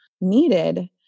needed